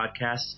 podcasts